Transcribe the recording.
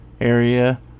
area